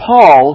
Paul